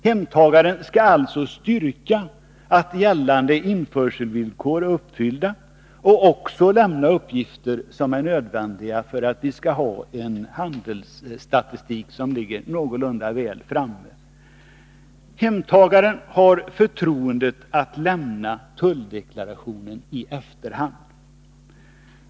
Hemtagaren skall styrka att gällande införselvillkor är uppfyllda och också lämna uppgifter som är nödvändiga för handelsstatistiken. Hemtagaren har förtroende att lämna tulldeklarationen i efterhand.